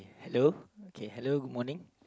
hello okay hello good morning